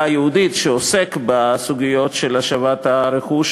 היהודית שעוסק בסוגיות של השבת הרכוש,